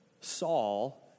Saul